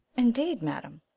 indeed, madam?